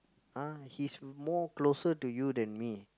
ah he's more closer to you than me